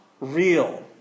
real